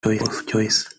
choice